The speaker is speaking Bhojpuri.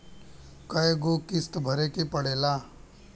कय गो किस्त भरे के पड़ेला?